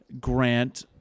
Grant